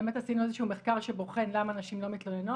באמת עשינו איזשהו מחקר שבוחן למה נשים לא מתלוננות,